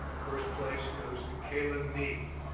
first place goes to kelan nee.